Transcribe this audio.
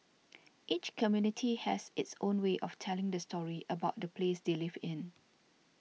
each community has its own way of telling the story about the place they live in